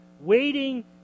Waiting